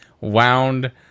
wound